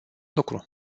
lucru